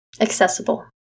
accessible